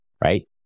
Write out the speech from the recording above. right